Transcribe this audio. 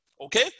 Okay